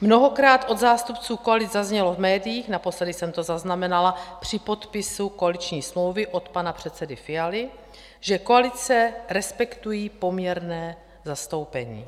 Mnohokrát od zástupců koalic zaznělo v médiích naposledy jsem to zaznamenala při podpisu koaliční smlouvy od pana předsedy Fialy že koalice respektují poměrné zastoupení.